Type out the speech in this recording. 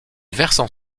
versant